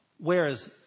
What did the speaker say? Whereas